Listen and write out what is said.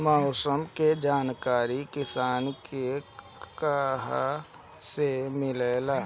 मौसम के जानकारी किसान के कहवा से मिलेला?